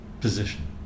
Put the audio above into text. position